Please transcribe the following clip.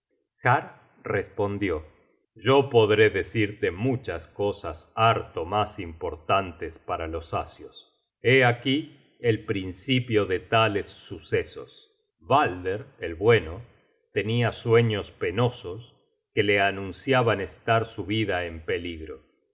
respondió yo podré decirte muchas cosas harto mas importantes para los asios hé aquí el principio de tales sucesos balder el bueno tenia sueños penosos que le anunciaban estar su vida en peligro